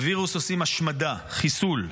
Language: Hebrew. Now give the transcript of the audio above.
לווירוס עושים השמדה, חיסול.